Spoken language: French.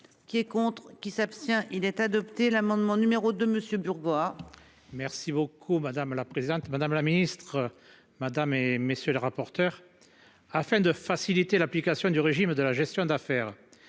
Qui est contre qui s'abstient il est adopté l'amendement numéro de monsieur Burgot. Merci beaucoup madame la présidente, madame la ministre, Madame et messieurs les rapporteurs. Afin de faciliter l'application du régime de la gestion d'affaires